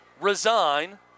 resign